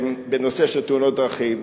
בנושא של תאונות דרכים,